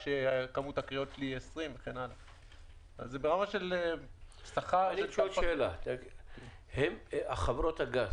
כשכמות הפניות שלי היא 20. חברות הגז